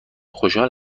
خوشحال